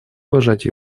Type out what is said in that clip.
уважать